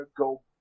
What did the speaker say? go